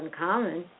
uncommon